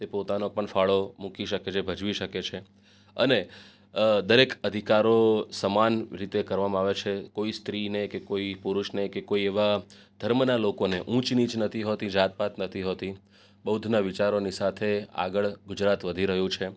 તે પોતાનો પણ ફાળો મૂકી શકે છે ભજવી શકે છે અને દરેક અધિકારો સમાન રીતે કરવામાં આવે છે કોઈ સ્ત્રીને કે કોઈ પુરુષને કે કોઈ એવા ધર્મના લોકોને ઊંચ નીચ નથી હોતી જાત પાત નથી હોતી બૌદ્ધના વિચારોની સાથે આગળ ગુજરાત વધી રહ્યું છે